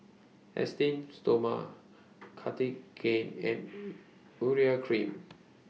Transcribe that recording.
Esteem Stoma Cartigain and Urea Cream